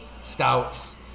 stouts